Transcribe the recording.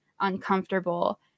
uncomfortable